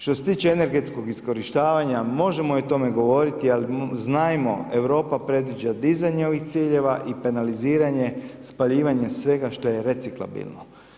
Što se tiče energetskog iskorištavanja, možemo i o tome govoriti, ali znajmo, Europa predviđa dizanje ovih ciljeva i penaliziranje, spaljivanje svega što je reciklabilno.